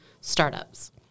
startups